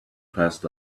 passed